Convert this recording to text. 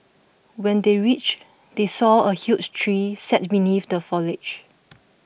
when they reached they saw a huge tree sat beneath the foliage